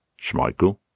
Schmeichel